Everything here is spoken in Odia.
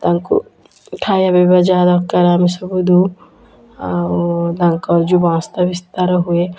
ତାଙ୍କୁ ଖାଇବା ପିଇବା ଯାହା ଦରକାର ଆମେ ସବୁ ଦେଉ ଆଉ ତାଙ୍କର ଯୋଉ ବଂଶ୍ ବିସ୍ତାର ହୁଏ